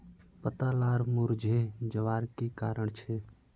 पत्ता लार मुरझे जवार की कारण छे?